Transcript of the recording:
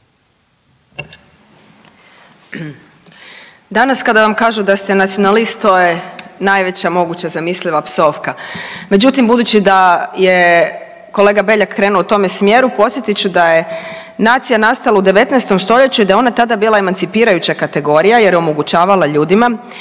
Danas kada vam kažu da ste nacionalist to je najveća moguća zamisliva psovka, međutim budući da je kolega Beljak krenuo u tome smjeru podsjetit ću da je nacija nastala u 19. stoljeću i da je ona tada bila emancipirajuća kategorija jer je omogućavala ljudima